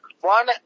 One